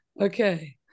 Okay